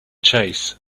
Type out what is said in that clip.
chase